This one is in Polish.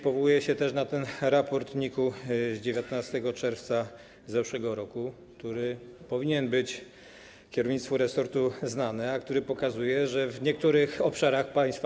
Powołuję się też na ten raport NIK-u z 19 czerwca zeszłego roku, który powinien być kierownictwu resortu znany, a który pokazuje, że w niektórych obszarach państwa